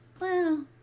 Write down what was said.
Well